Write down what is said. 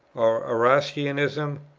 or erastianism,